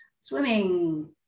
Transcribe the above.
swimming